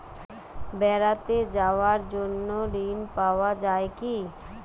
বেড়াতে যাওয়ার জন্য ঋণ পাওয়া যায় কি?